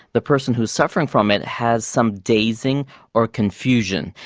the person who is suffering from it has some dazing or confusion.